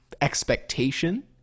expectation